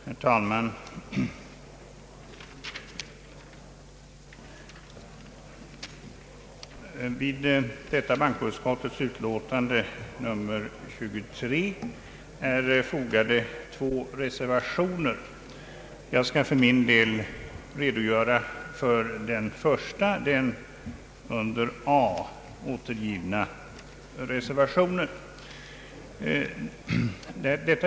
Herr talman! Vid detta bankoutskottets utlåtande nr 23 är fogade två reservationer. Jag skall för min del redogöra för den första, vid hemställan under A angivna reservationen.